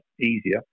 easier